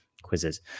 Quizzes